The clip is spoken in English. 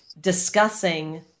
discussing